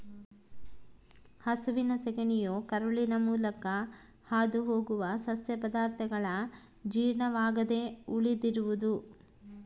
ಹಸುವಿನ ಸಗಣಿಯು ಕರುಳಿನ ಮೂಲಕ ಹಾದುಹೋಗುವ ಸಸ್ಯ ಪದಾರ್ಥಗಳ ಜೀರ್ಣವಾಗದೆ ಉಳಿದಿರುವುದು